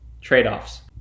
Trade-offs